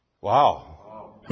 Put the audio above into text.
Wow